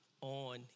on